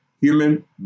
human